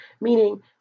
meaning